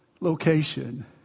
location